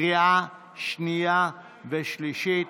לקריאה שנייה ושלישית.